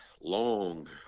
long